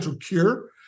cure